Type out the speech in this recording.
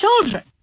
children